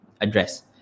address